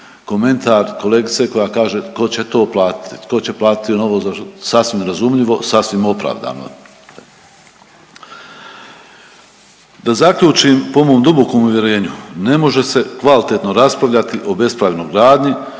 komentar kolegice koja kaže tko će to platiti, tko će platiti …/Govornik se ne razumije/…sasvim razumljivo, sasvim opravdano. Da zaključim, po mom dubokom uvjerenju, ne može se kvalitetno raspravljati o bespravnoj gradnji,